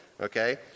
Okay